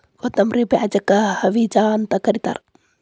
ಕೊತ್ತಂಬ್ರಿ ಬೇಜಕ್ಕ ಹವಿಜಾ ಅಂತ ಕರಿತಾರ